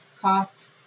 cost